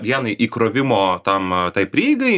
vienai įkrovimo tam tai prieigai